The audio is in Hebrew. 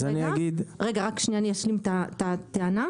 אני אגיד בשפה משפטית, אני אשלים את הטענה.